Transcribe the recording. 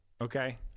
okay